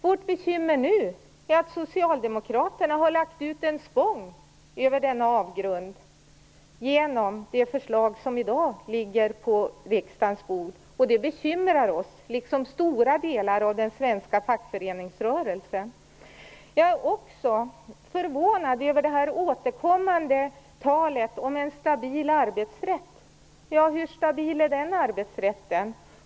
Vårt bekymmer nu är att Socialdemokraterna har lagt ut en spång över denna avgrund genom det förslag som i dag ligger på riksdagens bord, och det bekymrar oss liksom stora delar av den svenska fackföreningsrörelsen. Jag är också förvånad över det återkommande talet om en stabil arbetsrätt. Hur stabil är den arbetsrätten?